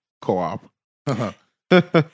co-op